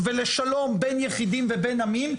ולשלום בין יחידים ובין עמים,